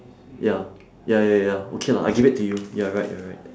ya ya ya ya ya okay lah I give to you you are right you are right